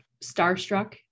starstruck